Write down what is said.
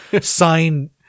sign